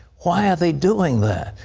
why are they doing that?